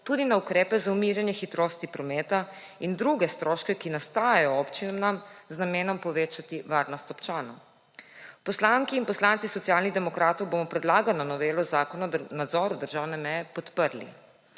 tudi na ukrepe za umiranje hitrosti prometa in druge stroške, ki nastajajo občinam, z namenom povečati varnost občanov. Poslanki in poslanci Socialnih demokratov bomo predlagano novelo Zakona o nadzoru državne meje podprli,